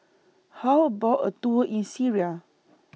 How about A Tour in Syria